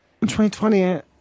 2020